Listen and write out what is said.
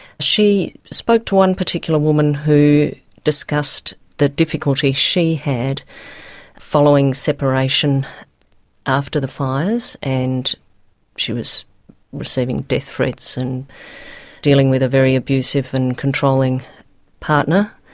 she spoke to one particular woman who discussed the difficulties she had following separation after the fires, and she was receiving death threats and dealing with a very abusive and controlling partner.